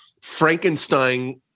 Frankenstein